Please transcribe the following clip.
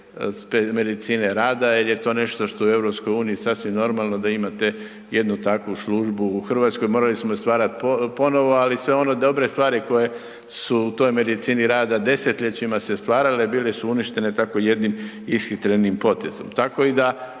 medicine rada jer je to nešto što je u EU sasvim normalno da imate jednu takvu službu, u RH morali smo stvarat ponovo, ali sve one dobre stvari koje su u toj medicini rada desetljećima se stvarale bile su uništene tako jednim ishitrenim potezom.